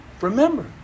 Remember